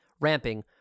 ramping